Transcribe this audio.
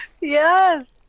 Yes